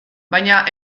baina